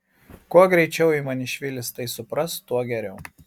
kuo greičiau ivanišvilis tai supras tuo geriau